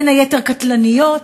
בין היתר קטלניות,